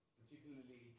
particularly